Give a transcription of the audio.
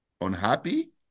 unhappy